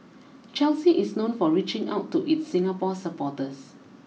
Chelsea is known for reaching out to its Singapore supporters